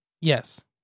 Yes